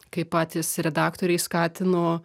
kai patys redaktoriai skatino